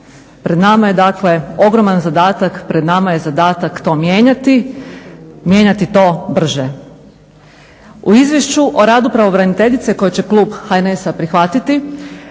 Pred nama je dakle ogroman zadatak pred nama je zadatak to mijenjati, mijenjati to brže. U izvješću o radu pravobraniteljice koje će klub HNS-a prihvatiti